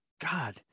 God